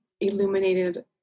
illuminated